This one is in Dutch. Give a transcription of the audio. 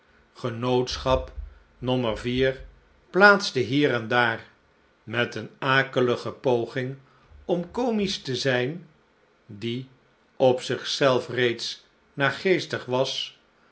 genootschap nommer vier plaatste hier en daar met een akelige poging om comisch te zijn die op zichzelf reeds zeer naargeestig was